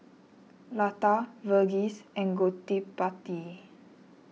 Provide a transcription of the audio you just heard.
Lata Verghese and Gottipati